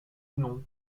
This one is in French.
non